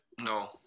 No